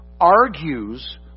argues